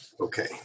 okay